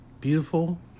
beautiful